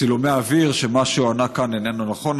צילומי אוויר שמה שהוא ענה כאן איננו נכון.